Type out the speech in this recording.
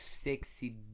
sexy